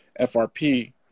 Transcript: FRP